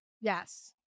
Yes